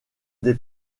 des